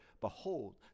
Behold